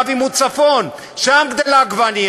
בקו עימות צפון, שם גדלה העגבנייה.